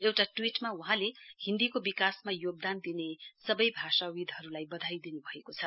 एउटा ट्वीटमा वहाँले हिन्दीको विकासमा योगदान दिने सबै भाषा विदहरुलाई वधाई दिनुभएको छ